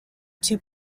two